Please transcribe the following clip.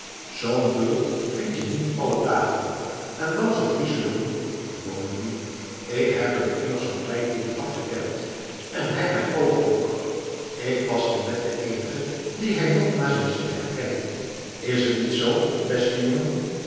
zoo'n bult vind je niet alle dagen en dan zoo'n fyselomie bovendien ik heb hem immers van klein kind af gekend en hij mij ook ook ik was temet de eenige dien hij nog na zijn ziekte herkende is t niet zoo beste jongen